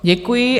Děkuji.